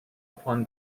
upon